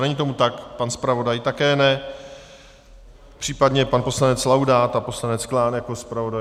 Není tomu tak, pan zpravodaj také ne, případně pan poslanec Laudát a poslanec Klán jako zpravodajové?